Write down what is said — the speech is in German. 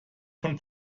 von